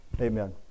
Amen